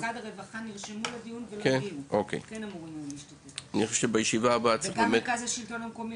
משרד הרווחה נרשמו לדיון ולא הגיעו וגם מרכז השלטון המקומי.